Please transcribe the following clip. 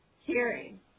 hearing